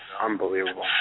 unbelievable